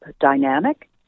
dynamic